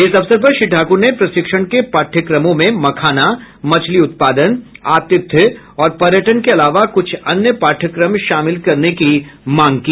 इस अवसर पर श्री ठाक्र ने प्रशिक्षण के पाठ्यक्रमों में मखाना मछली उत्पादन आतिथ्य और पर्यटन के अलावा कुछ अन्य पाठ्यक्रम शामिल करने की मांग की